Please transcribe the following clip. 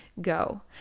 go